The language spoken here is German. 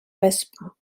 wespen